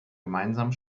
gemeinsamen